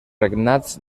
regnats